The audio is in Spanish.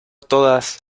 todas